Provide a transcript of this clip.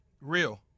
Real